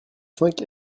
cent